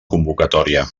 convocatòria